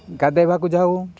ଗାଧୋଇବାକୁ ଯାଉ